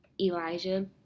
Elijah